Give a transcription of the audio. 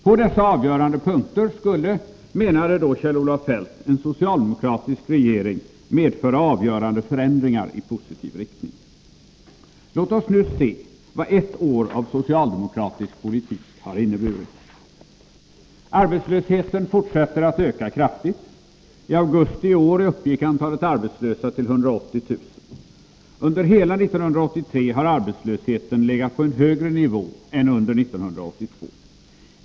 På dessa avgörande punkter skulle, menade Kjell-Olof Feldt, en socialdemokratisk regering medföra avgörande förändringar i positiv riktning. Låt oss nu se vad ett år av socialdemokratisk politik har inneburit. Arbetslösheten fortsätter att öka kraftigt. I augusti i år uppgick antalet arbetslösa till 180 000. Under hela 1983 har arbetslösheten legat på en högre nivå än under 1982.